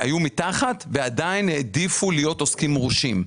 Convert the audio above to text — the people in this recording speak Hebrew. ועדיין העדיפו להיות עוסקים מורשים.